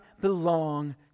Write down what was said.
belong